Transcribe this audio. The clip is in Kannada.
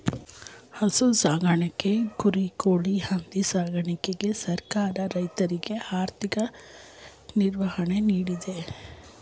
ಹಸು ಸಾಕಣೆ, ಕುರಿ, ಕೋಳಿ, ಹಂದಿ ಸಾಕಣೆಗೆ ಸರ್ಕಾರ ರೈತರಿಗೆ ಆರ್ಥಿಕ ನಿರ್ವಹಣೆ ನೀಡ್ತಿದೆ